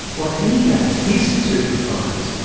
what he gave his super fines.